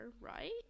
right